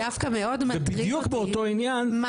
בדיוק באותו עניין --- דווקא מאוד מטריד אותי,